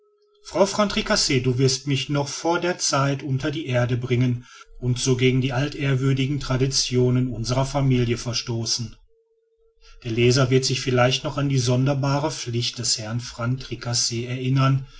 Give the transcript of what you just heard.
frau van tricasse du wirst mich noch vor der zeit unter die erde bringen und so gegen die altehrwürdigen traditionen unserer familie verstoßen der leser wird sich vielleicht noch an die sonderbare pflicht des herrn van tricasse erinnern